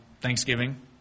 Thanksgiving